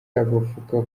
bavuga